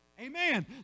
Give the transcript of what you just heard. Amen